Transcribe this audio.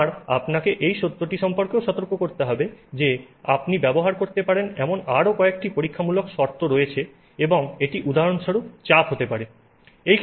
আমার আপনাকে এই সত্যটি সম্পর্কেও সতর্ক করতে হবে যে আপনি ব্যবহার করতে পারেন এমন আরও কয়েকটি পরীক্ষামূলক শর্ত রয়েছে এবং এটি উদাহরণস্বরূপ চাপ হতে পারে